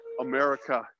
America